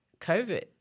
COVID